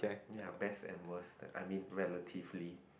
ya best and worst I mean relatively